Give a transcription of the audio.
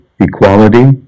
equality